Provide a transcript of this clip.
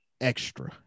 extra